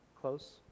close